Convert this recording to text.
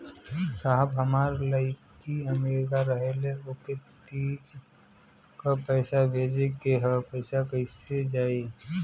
साहब हमार लईकी अमेरिका रहेले ओके तीज क पैसा भेजे के ह पैसा कईसे जाई?